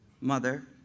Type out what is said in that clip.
mother